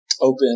open